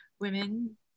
women